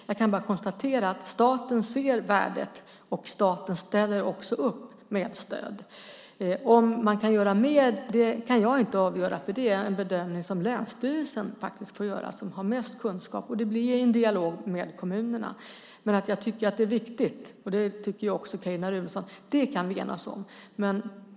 Jag kan bara konstatera att staten ser värdet och också ställer upp med stöd. Om man kan göra mer kan jag inte avgöra. Det är en bedömning som får göras av länsstyrelsen som är den som har bäst kunskap. Det sker även en dialog med kommunerna. Jag, liksom Carin Runeson, tycker att det är viktigt; det kan vi enas om.